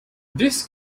this